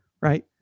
Right